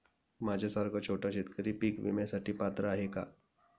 माझ्यासारखा छोटा शेतकरी पीक विम्यासाठी पात्र आहे का?